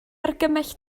argymell